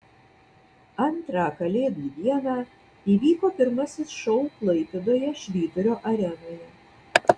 antrą kalėdų dieną įvyko pirmasis šou klaipėdoje švyturio arenoje